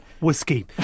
Whiskey